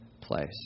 place